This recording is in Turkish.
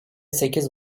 sekiz